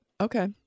Okay